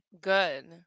Good